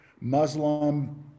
Muslim